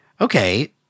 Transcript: okay